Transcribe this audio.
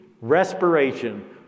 respiration